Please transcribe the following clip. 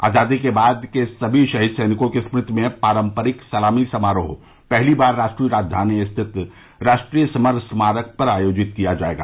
आजादी के बाद के सभी शहीद सैनिकों की स्मृति में पारंपरिक सलामी समारोह पहली बार राष्ट्रीय राजधानी स्थित राष्ट्रीय समर स्मारक पर आयोजित किया जाएगा